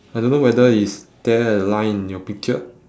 I don't know whether is there a line in your picture